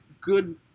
good